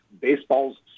baseball's